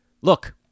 look